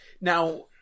now